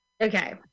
Okay